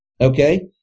Okay